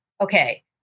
okay